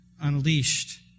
unleashed